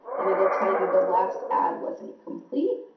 and it will tell you the last add wasn't complete.